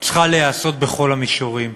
צריכה להיעשות בכל המישורים.